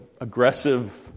aggressive